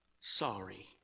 sorry